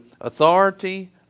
authority